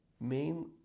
Main